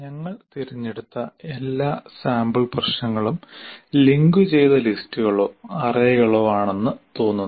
ഞങ്ങൾ തിരഞ്ഞെടുത്ത എല്ലാ സാമ്പിൾ പ്രശ്നങ്ങളും ലിങ്കുചെയ്ത ലിസ്റ്റുകളോ അറേകളോ ആണെന്ന് തോന്നുന്നു